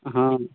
हाँ